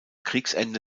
kriegsende